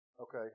okay